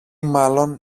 μάλλον